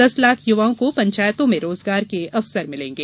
दस लाख युवाओं को पंचायतों में रोजगार के अवसर मिलेंगे